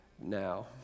now